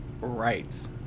Right